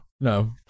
No